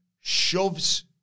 shoves